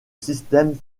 système